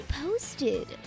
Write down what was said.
posted